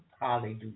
Hallelujah